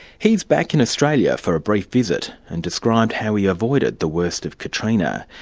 he's back in australia for a brief visit, and described how he avoided the worst of katrina.